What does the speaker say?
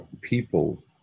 people